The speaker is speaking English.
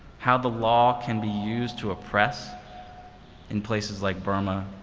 how the law can be used to oppress in places like burma,